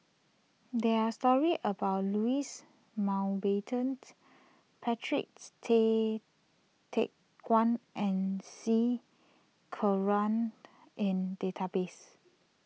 there are stories about Louis Mountbatten's Patrick's Tay Teck Guan and C Kunalan in the database